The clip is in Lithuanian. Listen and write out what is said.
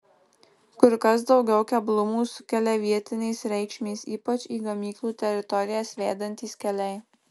kur kas daugiau keblumų sukelia vietinės reikšmės ypač į gamyklų teritorijas vedantys keliai